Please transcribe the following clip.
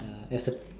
uh effort